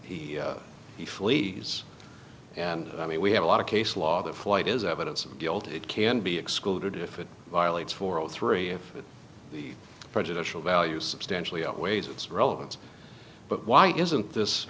if he flees and i mean we have a lot of case law that flight is evidence of guilt it can be excluded if it violates for all three prejudicial value substantially outweighs its relevance but why isn't this